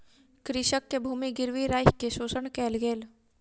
कृषक के भूमि गिरवी राइख के शोषण कयल गेल